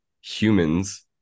humans